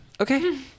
Okay